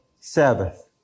Sabbath